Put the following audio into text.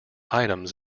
items